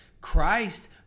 Christ